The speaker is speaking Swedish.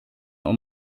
och